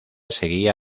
seguía